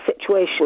situation